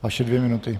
Vaše dvě minuty.